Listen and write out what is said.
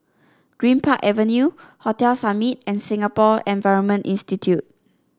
Greenpark Avenue Hotel Summit and Singapore Environment Institute